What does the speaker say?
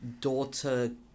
daughter